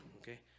okay